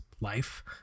life